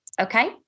Okay